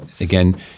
again